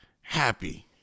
happy